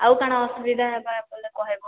ଆଉ କା'ଣା ଅସୁବିଧା ହେବା ବେଲେ କହେବ